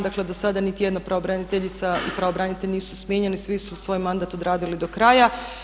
Dakle, dosada niti jedna pravobraniteljica i pravobranitelj nisu smijenjeni, svi su svoj mandat odradili do kraja.